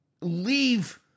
leave